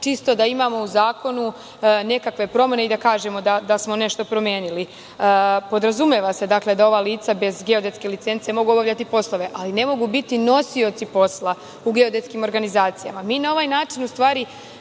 čisto da imamo u zakonu nekakve promene i da kažemo da smo nešto promenili. Podrazumeva se da ova lica bez geodetske licence mogu obavljati poslove, ali ne mogu biti nosioci posla u geodetskim organizacijama. Mi na ovaj način, u stvari,